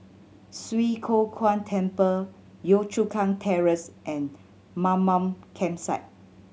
Swee Kow Kuan Temple Yio Chu Kang Terrace and Mamam Campsite